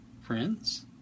friends